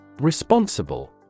Responsible